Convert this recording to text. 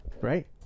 Right